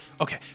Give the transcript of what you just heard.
Okay